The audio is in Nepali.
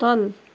तल्